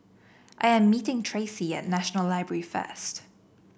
I am meeting Tracee at National Library first